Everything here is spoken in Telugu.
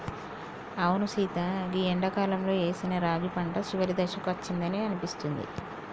అవును సీత గీ ఎండాకాలంలో ఏసిన రాగి పంట చివరి దశకు అచ్చిందని అనిపిస్తుంది